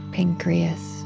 Pancreas